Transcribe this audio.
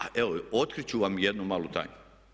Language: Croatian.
A evo otkrit ću vam jednu malu tajnu.